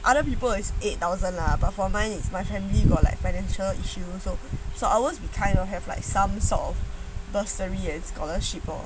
other people is eight thousand lah but for mine is my family got like financial issues so so ours we kind of have like some sort of bursary and scholarship lor